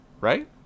right